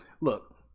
look